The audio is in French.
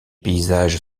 paysages